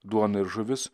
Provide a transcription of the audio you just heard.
duona ir žuvis